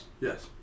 Yes